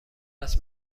است